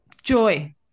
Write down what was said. Joy